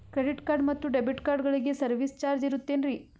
Credit card ಮತ್ತು debit ಕಾರ್ಡಗಳಿಗೆ service charge ಇರುತೇನ್ರಿ?